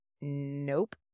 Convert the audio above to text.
nope